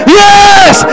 yes